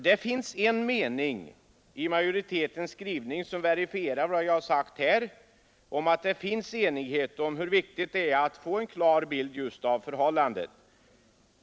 Det finns en mening i majoritetens skrivning som verifierar vad jag här har sagt om att det råder enighet om hur viktigt det är att få en klar bild av förhållandena.